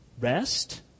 rest